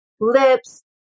lips